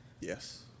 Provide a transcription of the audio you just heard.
Yes